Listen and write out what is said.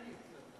עיני.